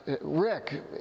Rick